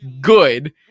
good